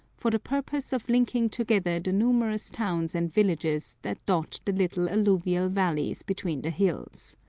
for the purpose of linking together the numerous towns and villages that dot the little alluvial valleys between the hills.